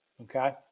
okay